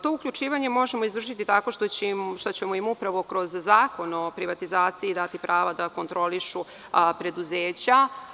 To uključivanje možemo izvršiti tako što ćemo im upravo kroz Zakon o privatizaciji dati prava da kontrolišu preduzeća.